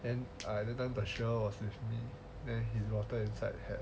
then I that time I had show the water was with me then there is water inside had